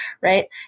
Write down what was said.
right